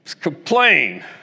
complain